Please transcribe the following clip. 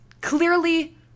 clearly